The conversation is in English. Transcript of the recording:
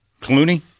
Clooney